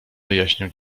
wyjaśnię